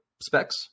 specs